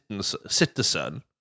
citizen